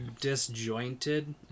disjointed